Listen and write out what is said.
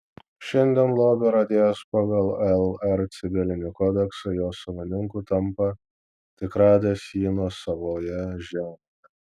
šiandien lobio radėjas pagal lr civilinį kodeksą jo savininku tampa tik radęs jį nuosavoje žemėje